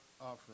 offering